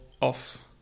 off